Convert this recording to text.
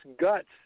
guts